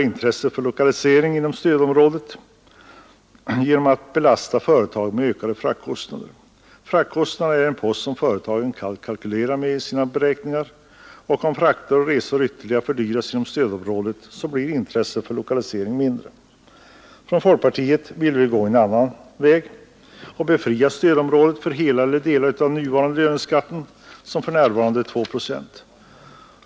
Intresset för lokalisering inom stödområdet försvåras genom att företagen belastas med ökade fraktkostnader. Fraktkostnaderna är en post som företagen kallt kalkylerar med i sina beräkningar, och om frakter och resor ytterligare fördyras inom stödområdet blir intresset för lokalisering mindre. Folkpartiet ville gå den andra vägen och befria stödom rådet från hela eller delar av den nuvarande löneskatten, som för närvarande är två procent.